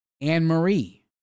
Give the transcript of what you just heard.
Anne-Marie